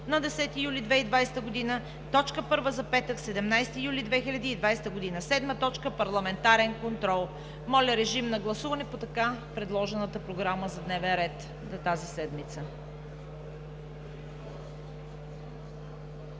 на 10 юли 2020 г. – точка първа за петък, 17 юли 2020 г. 7. Парламентарен контрол.“ Моля, режим на гласуване по така предложената Програма за дневен ред за тази седмица.